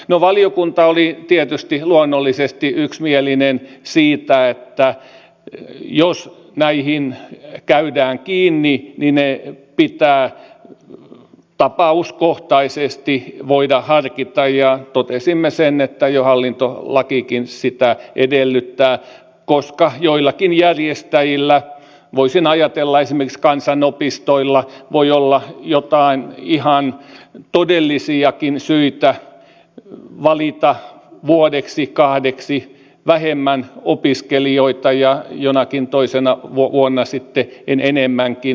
no valiokunta oli tietysti luonnollisesti yksimielinen siitä että jos näihin käydään kiinni niin ne pitää tapauskohtaisesti voida harkita ja totesimme sen että jo hallintolakikin sitä edellyttää koska joillakin järjestäjillä voisin ajatella että esimerkiksi kansanopistoilla voi olla jotain ihan todellisiakin syitä valita vuodeksi kahdeksi vähemmän opiskelijoita ja jonakin toisena vuonna sitten enemmänkin